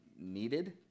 needed